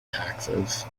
taxes